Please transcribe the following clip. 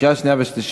לקריאה שנייה ושלישית.